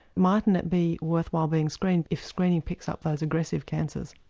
mightn't it be worth while being screened if screening picks up those aggressive cancers?